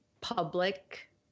public